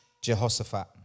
Jehoshaphat